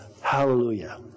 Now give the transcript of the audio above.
Hallelujah